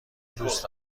دوست